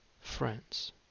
Friends